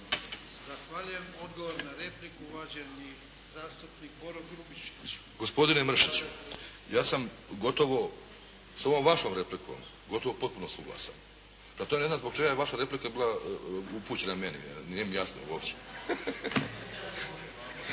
Zahvaljujem. Odgovor na repliku, uvaženi zastupnik Boro Grubišić. **Grubišić, Boro (HDSSB)** Gospodine Mršić ja sam gotovo s ovom vašom replikom, gotovo potpuno suglasan. Prema tome ne znam zbog čega je vaša replika bila upućena meni, nije mi jasno uopće.